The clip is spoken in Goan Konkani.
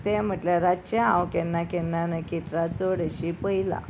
तें म्हटल्यार रातचे हांव केन्ना केन्ना नखेत्रां चड अशीं पळयलां